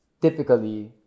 typically